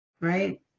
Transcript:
Right